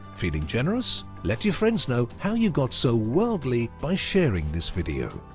feeling generous? let your friends know how you got so worldly by sharing this video!